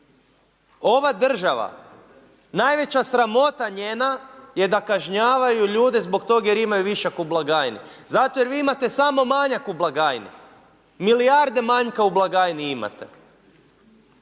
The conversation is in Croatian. Ova država, najveća sramota njena je da kažnjavaju ljude zbog toga jer imaju višak u blagajni. Zato jer vi imate samo manjak u blagajni. Milijarde manjka u blagajni imate.